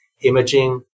Imaging